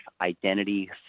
identity